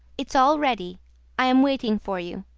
it's all ready. i'm waiting for you.